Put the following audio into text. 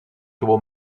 turbo